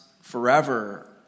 forever